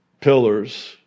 pillars